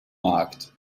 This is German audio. markt